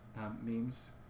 memes